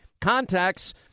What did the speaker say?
contacts